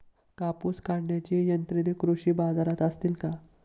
कापूस काढण्याची यंत्रे कृषी बाजारात असतील का?